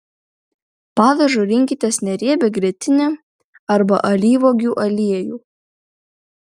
padažui rinkitės neriebią grietinę arba alyvuogių aliejų